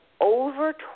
over